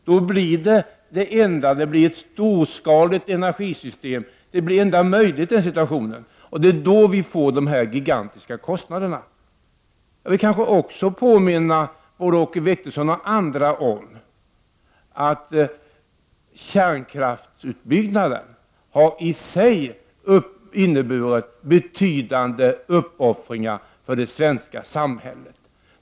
Därmed får vi ett storskaligt energisystem som för med sig gigantiska kostnader. Det är det enda möjliga i den situationen. Jag vill vidare påminna Åke Wictorsson och andra om att kärnkraftsutbyggnaden i sig har inneburit betydande uppoffringar av det svenska samhället.